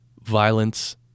violence